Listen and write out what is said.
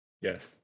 Yes